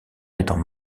étant